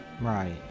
Right